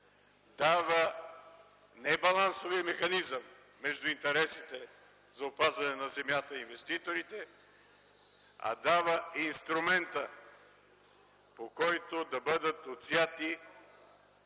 дава не балансовия механизъм между интересите за опазване на земята и инвеститорите, а дава инструмента, по който да бъдат отсяти